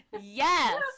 yes